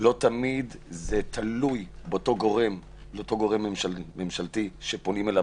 לא תמיד זה תלוי באותו גורם ממשלתי שפונים אליו.